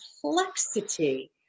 complexity